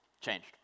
changed